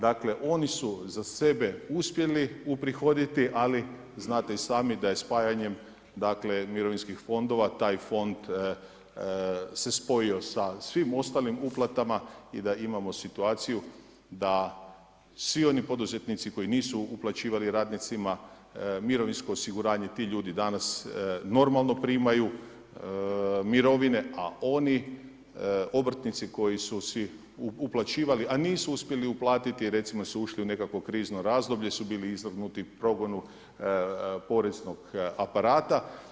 Dakle oni su za sebe uspjeli uprihoditi ali znate i sami da je spajanjem dakle mirovinskih fondova taj fond se spojio sa svim ostalim uplatama i da imamo situaciju da svi oni poduzetnici koji nisu uplaćivali radnicima mirovinsko osiguranje ti ljudi danas normalno primaju mirovine a oni obrtnici koji su si uplaćivali a nisu uspjeli uplatiti recimo su ušli u nekakvo krizno razdoblje su bili izvrgnuti progonu poreznog aparata.